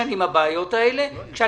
הבעיות האלה הן כבר הרבה שנים,